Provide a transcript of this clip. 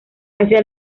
hacia